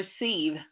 receive